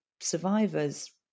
survivors